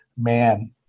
man